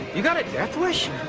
you got a death wish?